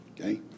Okay